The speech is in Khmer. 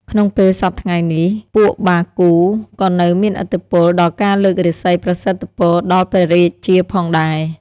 ក្នុងពេលសព្វថ្ងៃនេះ ពួកបារគូក៏នៅមានឥទ្ធិពល ដល់ការលើករាសីប្រសិទ្ធពរដល់ព្រះរាជាផងដែរ។